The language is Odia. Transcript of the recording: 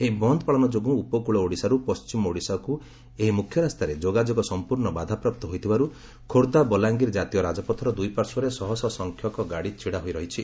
ଏହି ବନ୍ଦ ପାଳନ ଯୋଗୁଁ ଉପକକ ଓଡ଼ିଶାର୍ ପଣ୍କିମ ଓଡ଼ିଶାକୁ ଏହି ମୁଖ୍ୟରାସ୍ତାରେ ଯୋଗାଯୋଗ ସଂପୂର୍ଶ୍ୱ ବାଧାପ୍ରାପ୍ତ ହୋଇଥିବାରୁ ଖୋର୍ବ୍ଧା ବଲାଙ୍ଗିର ଜାତୀୟ ରାଜପଥର ଦୁଇପାର୍ଶ୍ୱରେ ଶହଶହ ସଂଖ୍ୟକ ଗାଡ଼ି ଛିଡ଼ା ହୋଇ ରହିଛି